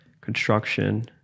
construction